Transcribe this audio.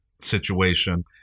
situation